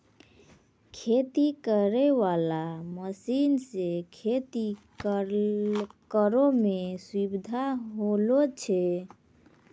खेती करै वाला मशीन से खेती करै मे सुबिधा होलो छै